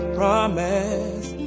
promise